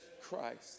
Christ